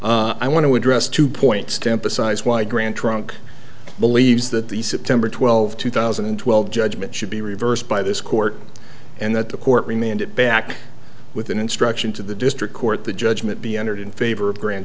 address two points tampa size why grand trunk believes that the september twelfth two thousand and twelve judgment should be reversed by this court and that the court remained it back with an instruction to the district court the judgment be entered in favor of grand